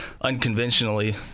unconventionally